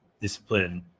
discipline